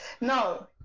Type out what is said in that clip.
No